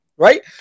Right